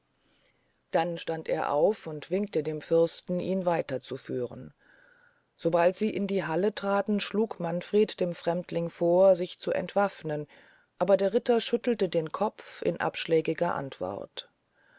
dann stand er auf und winkte dem fürsten ihn weiter zu führen sobald sie in die halle traten schlug manfred dem fremdling vor sich zu entwafnen aber der ritter schüttelte den kopf in abschlägiger antwort